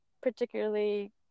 particularly